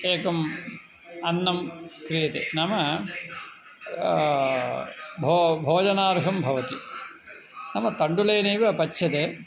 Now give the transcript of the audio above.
एकम् अन्नं क्रियते नाम भो भोजनार्हं भवति नाम तण्डुलेनैव पच्यते